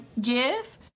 give